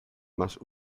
más